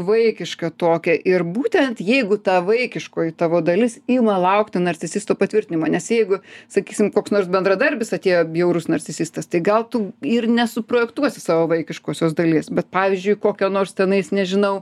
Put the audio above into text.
vaikišką tokią ir būtent jeigu ta vaikiškoji tavo dalis ima laukti narcisisto patvirtinimo nes jeigu sakysim koks nors bendradarbis atėjo bjaurūs narcisistas tai gal tu ir nesuprojektuosi savo vaikiškosios dalies bet pavyzdžiui kokio nors tenais nežinau